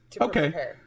Okay